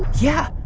yeah.